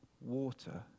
water